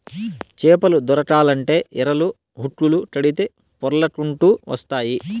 చేపలు దొరకాలంటే ఎరలు, హుక్కులు కడితే పొర్లకంటూ వస్తాయి